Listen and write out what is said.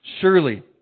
Surely